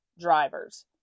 drivers